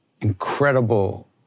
incredible